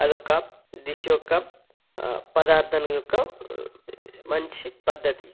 అదొక డిష్ యొక్క పదార్థం యొక్క మంచి పద్ధతి